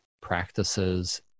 practices